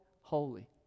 holy